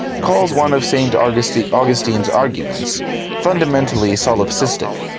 calls one of st. augustine's augustine's arguments fundamentally solipsistic.